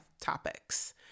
topics